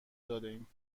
دادیم